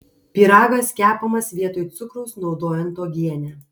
pyragas kepamas vietoj cukraus naudojant uogienę